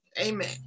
Amen